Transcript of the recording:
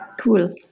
Cool